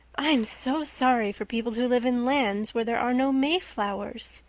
i'm so sorry for people who live in lands where there are no mayflowers,